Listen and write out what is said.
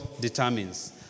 determines